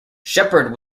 sheppard